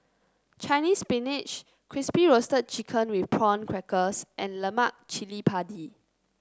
Chinese Spinach Crispy Roasted Chicken with Prawn Crackers and Lemak Cili Padi